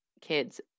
kids